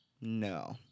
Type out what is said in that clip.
No